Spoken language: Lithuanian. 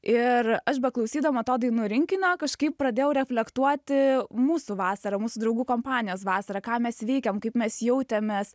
ir aš beklausydama to dainų rinkinio kažkaip pradėjau reflektuoti mūsų vasarą mūsų draugų kompanijos vasarą ką mes veikėm kaip mes jautėmės